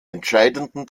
entscheidenden